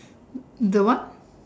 the what